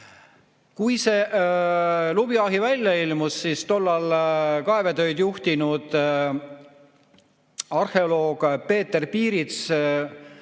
Kui see lubjaahi välja ilmus, siis tollal kaevetöid juhtinud arheoloog Peeter Piirits